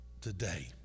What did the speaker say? today